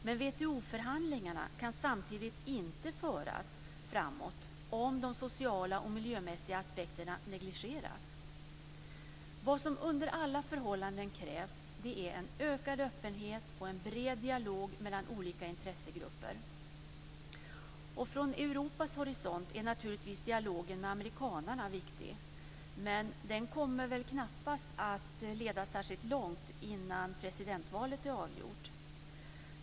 Men WTO förhandlingarna kan samtidigt inte föras framåt om de sociala och miljömässiga aspekterna negligeras. Vad som under alla förhållanden krävs är en ökad öppenhet och en bred dialog mellan olika intressegrupper. Från Europas horisont är naturligtvis dialogen med amerikanarna viktig, men den kommer knappast att leda särskilt långt innan presidentvalet är avgjort.